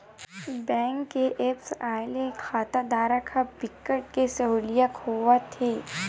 bank के apps आए ले खाताधारक ल बिकट के सहूलियत होवत हे